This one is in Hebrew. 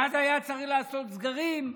ואז היה צריך לעשות סגרים,